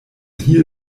hier